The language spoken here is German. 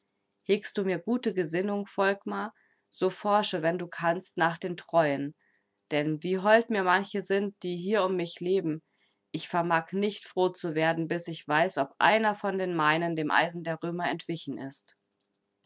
hegst du mir gute gesinnung volkmar so forsche wenn du kannst nach den treuen denn wie hold mir manche sind die hier um mich leben ich vermag nicht froh zu werden bis ich weiß ob einer von den meinen dem eisen der römer entwichen ist